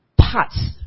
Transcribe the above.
parts